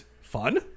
fun